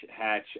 hatch